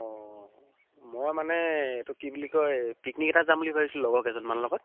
অঁ মই মানে এইটো কি বুলি কয় পিকনিক এটাত যাম বুলি ভাবিছিলোঁ লগৰ কেইজনমানৰ লগত